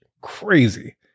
crazy